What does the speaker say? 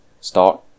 start